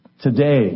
Today